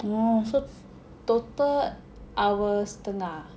yeah so total hour setengah